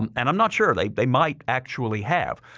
um and i'm not sure. they they might actually have.